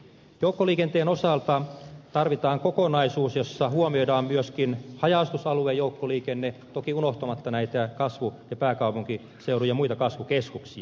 joukkoliikenteen osalta tarvitaan kokonaisuus jossa huomioidaan myöskin haja asutusalueen joukkoliikenne toki unohtamatta näitä pääkaupunkiseudun ja muita kasvukeskuksia